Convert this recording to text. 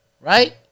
right